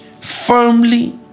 firmly